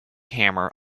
hammer